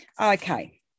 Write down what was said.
Okay